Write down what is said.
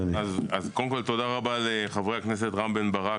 תודה רבה לחברי הכנסת רם בן ברק,